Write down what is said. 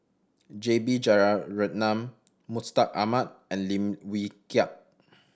J B Jeyaretnam Mustaq Ahmad and Lim Wee Kiak